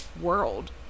world